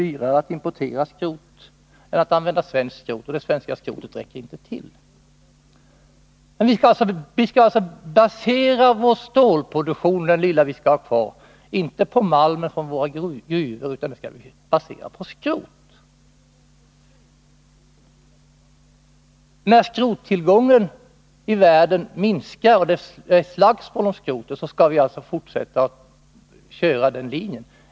dyrare med importerat skrot jämfört med svenskt skrot och att det svenska skrotet inte räcker till. Vi Om SSAB:s verkskall således basera vår stålproduktion — den lilla produktion som skall vara kvar — inte på malmen från våra gruvor utan på skrot. När skrottillgången i världen minskar, skall vi alltså fortsätta att handla efter den linjen.